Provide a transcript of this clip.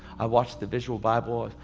i watch the visual bible.